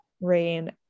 rain